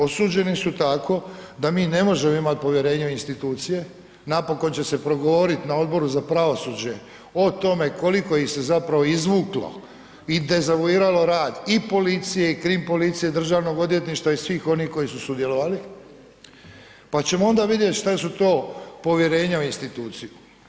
Osuđeni su tako da mi ne možemo imati povjerenje u institucije, napokon će se progovoriti na Odboru za pravosuđe o tome koliko ih se zapravo izvuklo i dezavuiralo rad i policije i krim policije i Državnog odvjetništva i svih onih koji su sudjelovali pa ćemo onda vidjeti šta su to povjerenja u instituciju.